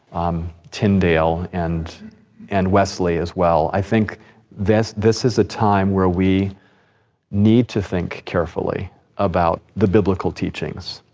um, tyndale and and wesley as well. i think this this is a time where we need to think carefully about the biblical teachings.